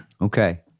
Okay